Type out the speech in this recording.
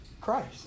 Christ